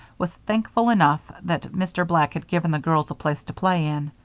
was thankful enough that mr. black had given the girls a place to play in.